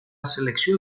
selecció